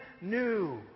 new